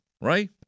Right